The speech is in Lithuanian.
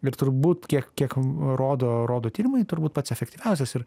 ir turbūt kiek kiek rodo rodo tyrimai turbūt pats efektyviausias ir